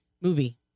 Movie